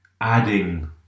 adding